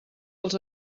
els